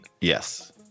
yes